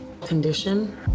Condition